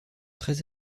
très